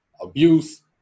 Abuse